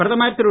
பிரதமர் திரு